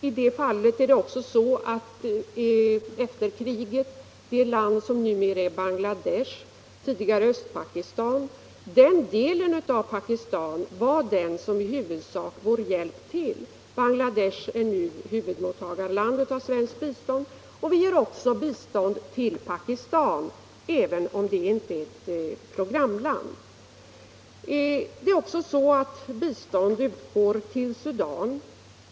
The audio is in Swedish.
I detta fall var det också så att efter kriget nuvarande Bangladesh — tidigare Östpakistan — var den del av Pakistan som i huvudsak vår hjälp gick till. Bangladesh är nu huvudmottagarland för svenskt bistånd, och vi ger också bistånd till Pakistan, även om det inte är ett programland. Bistånd utgår också till Sudan.